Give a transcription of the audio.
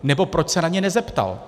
Nebo proč se na ně nezeptal?